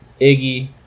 Iggy